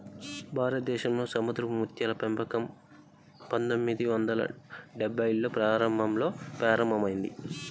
భారతదేశంలో సముద్రపు ముత్యాల పెంపకం పందొమ్మిది వందల డెభ్భైల్లో ప్రారంభంలో ప్రారంభమైంది